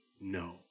No